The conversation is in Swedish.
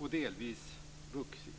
och delvis vuxit.